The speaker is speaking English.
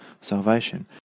salvation